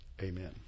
Amen